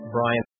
Brian